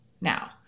now